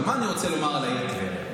אבל מה אני רוצה לומר על העיר טבריה?